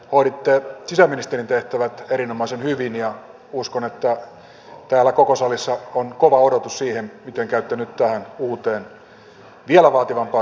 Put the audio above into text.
hoiditte sisäministerin tehtävät erinomaisen hyvin ja uskon että täällä koko salissa on kova odotus sen suhteen miten käytte nyt tähän uuteen vielä vaativampaan työhön käsiksi